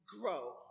Grow